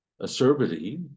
acerbity